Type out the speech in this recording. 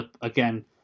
again